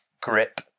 grip